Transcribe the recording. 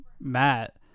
Matt